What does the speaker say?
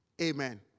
Amen